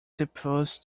supposed